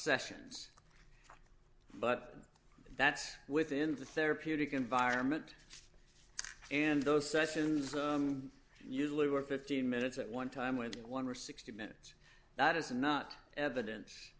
sessions but that's within the therapeutic environment and those sessions usually were fifteen minutes at one time with one or sixty minutes that is not evidence